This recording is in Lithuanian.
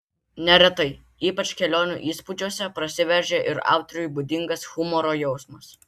neretai ypač kelionių įspūdžiuose prasiveržia ir autoriui būdingas humoro jausmas